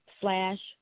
slash